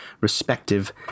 respective